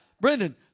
Brendan